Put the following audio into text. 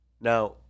Now